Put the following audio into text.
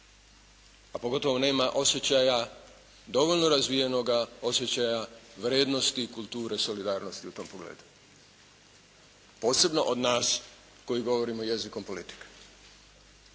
A pogotovo nema osjećaja dovoljno razvijenoga osjećaja vrednosti kulture solidarnosti u tom pogledu. Posebno od nas koji govorimo jezikom politike.